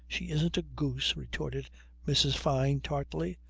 she isn't a goose, retorted mrs. fyne tartly.